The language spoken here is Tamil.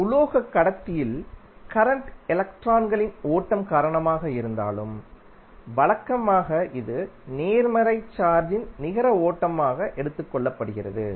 ஒரு உலோகக் கடத்தியில் கரண்ட் எலக்ட்ரான்களின் ஓட்டம் காரணமாக இருந்தாலும் வழக்கமாக இது நேர்மறை சார்ஜின் நிகர ஓட்டமாக எடுத்துக் கொள்ளப்படுகிறது